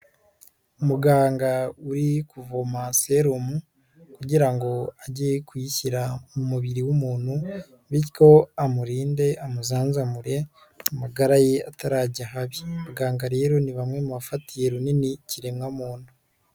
Umuganga uri kuvoma serumu kugira ngo ajye kuyishyira mu mubiri w'umuntu, bityo amurinde amusanzamure amagara ye atarajya ahabi, abaganga rero ni bamwe mu bafatiye runini ikiremwamuntu.